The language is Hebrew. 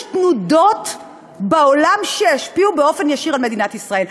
יש תנודות בעולם שישפיעו באופן ישיר על מדינת ישראל.